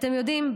אתם יודעים,